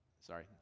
Sorry